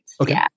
Okay